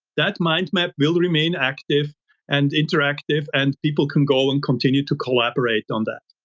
that mind map will remain active and interactive and people can go and continue to collaborate on that.